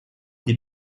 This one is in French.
des